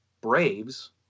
Braves